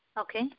Okay